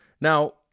now